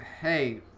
Hey